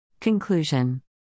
Conclusion